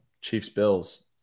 Chiefs-Bills